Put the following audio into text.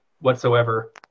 whatsoever